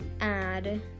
add